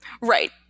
right